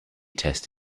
test